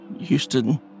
Houston